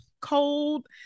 cold